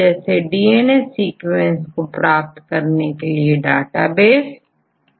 जैसे DNA sequence को ज्ञात करने के लिए डेटाबेस होता है